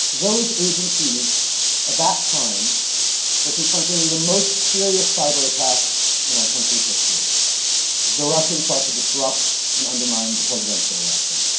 those agencies at that time were confronting the most serious cyberattack in our country's history as the russians sought to disrupt and undermine the presidential election,